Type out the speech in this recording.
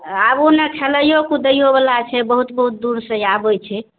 आबू ने खेलैयो कूदै बला छै बहुत बहुत दूर से आबैत छै